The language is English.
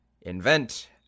invent